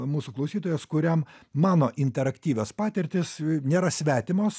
mūsų klausytojas kuriam mano interaktyvios patirtys nėra svetimos